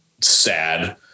sad